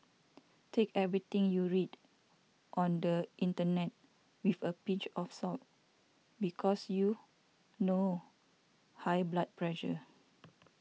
take everything you read on the internet with a pinch of salt because you know high blood pressure